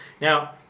now